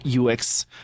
UX